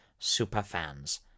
superfans